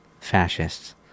fascists